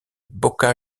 boca